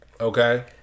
Okay